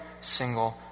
single